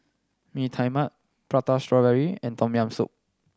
Mee Tai Mak Prata Strawberry and Tom Yam Soup